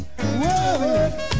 Whoa